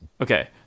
okay